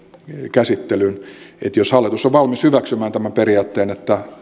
käsittelyyn jos hallitus on valmis hyväksymään tämän periaatteen että